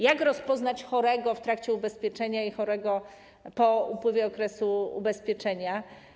Jak rozpoznać chorego w trakcie ubezpieczenia i chorego po upływie okresu ubezpieczenia.